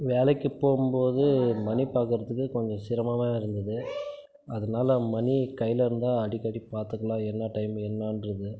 வேலைக்கு போவும்போது மணி பார்க்கறதுக்கு கொஞ்சம் சிரமமாக இருந்தது அதனால் மணி கையில இருந்தால் அடிக்கடி பார்த்துக்கலாம் என்ன டைம் என்னான்றது